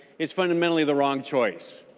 it's fundamentally the wrong choice.